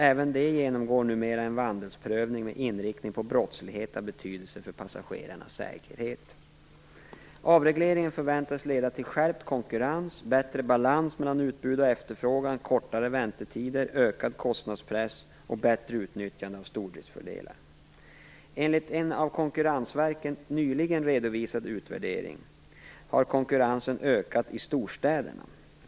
Även de genomgår numera en vandelsprövning med inriktning på brottslighet av betydelse för passagerarnas säkerhet. Avregleringen förväntades leda till skärpt konkurrens, bättre balans mellan utbud och efterfrågan, kortare väntetider, ökad kostnadspress och bättre utnyttjande av stordriftsfördelar. Enligt en av Konkurrensverket nyligen redovisad utvärdering har konkurrensen ökat i storstäderna.